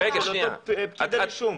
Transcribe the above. של אותו פקיד רישום.